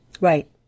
Right